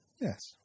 Yes